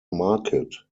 market